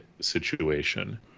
situation